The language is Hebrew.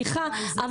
סליחה,